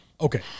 Okay